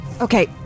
okay